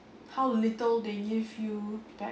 how little they give you back